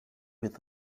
with